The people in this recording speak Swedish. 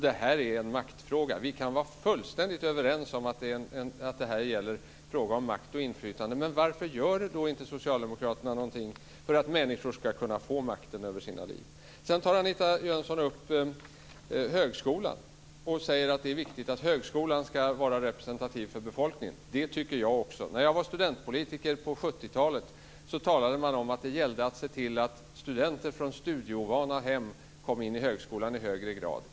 Det här är en maktfråga. Vi kan vara fullständigt överens om att detta gäller makt och inflytande. Men varför gör inte socialdemokraterna någonting för att människor ska kunna få makten över sina liv? Anita Jönsson tar upp frågan om högskolan och säger att det är viktigt att högskolan ska vara representativ för befolkningen. Det tycker jag också. När jag var studentpolitiker på 70-talet talade man om att det gällde att se till att studenter från studieovana hem i högre grad kom in på högskolan.